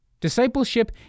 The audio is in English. Discipleship